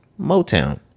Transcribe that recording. Motown